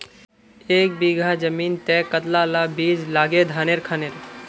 एक बीघा जमीन तय कतला ला बीज लागे धानेर खानेर?